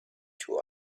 two